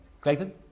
Clayton